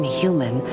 human